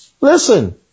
listen